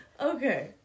Okay